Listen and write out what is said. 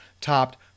topped